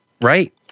Right